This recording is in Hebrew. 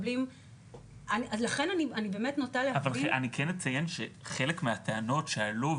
אני כן אציין שחלק מהטענות שעלו,